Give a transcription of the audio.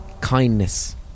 kindness